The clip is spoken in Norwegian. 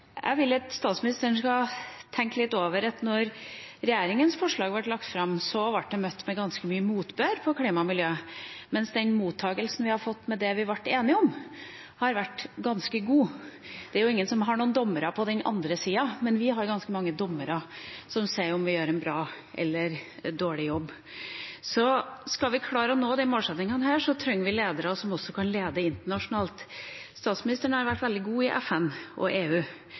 Jeg vil at statsministeren skal tenke litt over at da regjeringas forslag ble lagt fram, ble det møtt med ganske mye motbør på klima- og miljøområdet, mens den mottagelsen vi har fått på det vi ble enige om, har vært ganske god. Det er ingen dommere på den andre sida, men vi har ganske mange dommere som sier fra om vi gjør en bra eller en dårlig jobb. Skal vi klare å nå disse målsettingene, trenger vi ledere som også kan lede internasjonalt. Statsministeren har vært veldig god i FN og EU.